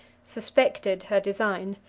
suspected her design.